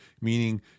meaning